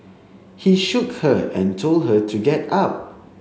he shook her and told her to get up